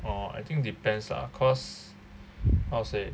oh I think depends lah cause how say